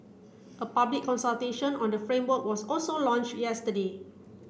a public consultation on the framework was also launched yesterday